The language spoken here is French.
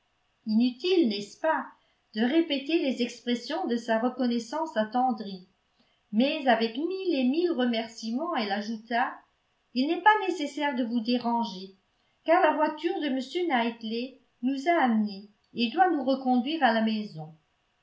inutile n'est-ce pas de répéter les expressions de sa reconnaissance attendrie mais avec mille et mille remerciements elle ajouta il n'est pas nécessaire de vous déranger car la voiture de m knightley nous a amenées et doit nous reconduire à la maison